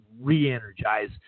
re-energize